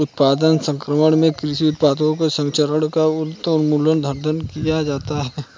उत्पाद प्रसंस्करण में कृषि उत्पादों का प्रसंस्करण कर उनका मूल्यवर्धन किया जाता है